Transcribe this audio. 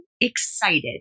excited